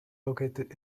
located